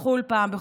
לחו"ל, פעם בחודש.